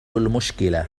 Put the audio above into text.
المشكلة